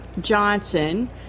Johnson